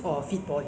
it's like